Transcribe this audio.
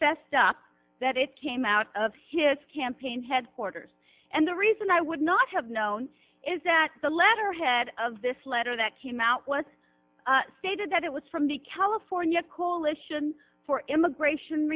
fessed up that it came out of his campaign headquarters and the reason i would not have known is that the letterhead of this letter that came out was stated that it was from the california coalition for immigration